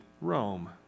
Rome